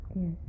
Yes